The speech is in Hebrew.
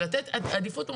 ולתת עדיפות,